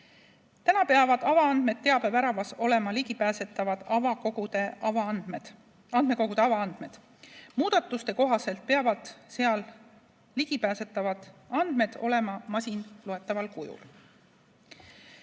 peavad avaandmete teabeväravas olema ligipääsetavad andmekogude avaandmed. Muudatuste kohaselt peavad seal ligipääsetavad andmed olema masinloetaval kujul.